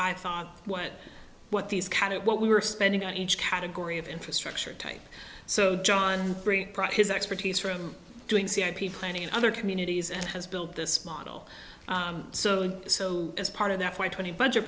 i thought what what these kind of what we were spending on each category of infrastructure type so john bring his expertise from doing c r p planning and other communities and has built this model so so as part of that for twenty budget